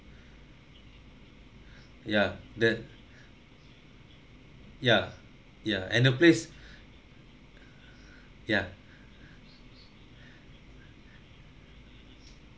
ya that ya ya and the place ya